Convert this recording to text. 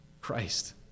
Christ